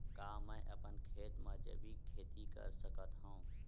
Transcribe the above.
का मैं अपन खेत म जैविक खेती कर सकत हंव?